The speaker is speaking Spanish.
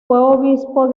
obispo